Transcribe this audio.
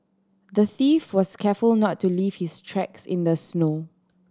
the thief was careful not to leave his tracks in the snow